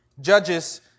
Judges